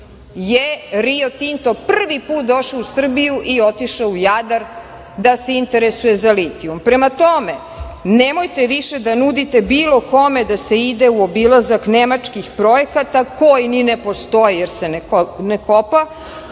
je „Rio Tinto“ prvi put došao u Srbiju i otišao u Jadar da se interesuje za litijum. Prema tome, nemojte više da nudite bilo kome da se ide u obilazak nemačkih projekata koji ni ne postoje, jer se ne kopa,